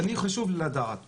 אישור תקציב המדינה,